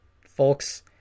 folks